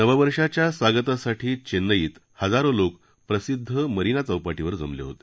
नववर्षाच्या स्वागतासाठी चेन्नईत हजारो प्रसिद्ध मरिना चौपाटीवर जमले होते